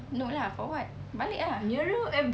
no lah for what balik ah